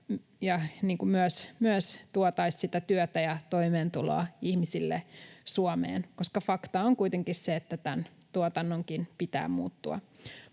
Myös tuotaisiin työtä ja toimeentuloa ihmisille Suomeen, koska fakta on kuitenkin se, että tämän tuotannonkin pitää muuttua.